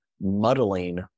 muddling